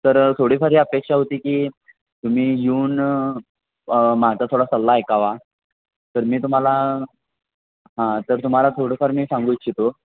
तर थोडीफार ही अपेक्षा होती की तुम्ही येऊन माझा थोडा सल्ला ऐकावा तर मी तुम्हाला हां तर तुम्हाला थोडंफार मी सांगू इच्छितो